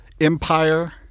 empire